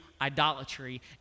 idolatry